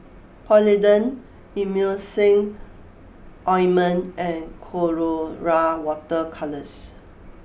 Polident Emulsying Ointment and Colora Water Colours